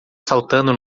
saltando